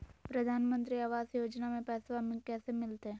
प्रधानमंत्री आवास योजना में पैसबा कैसे मिलते?